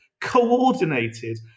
Coordinated